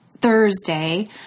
Thursday